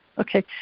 okay,